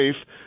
safe